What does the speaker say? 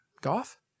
golf